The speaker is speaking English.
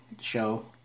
show